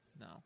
No